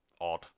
odd